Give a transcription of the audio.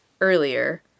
earlier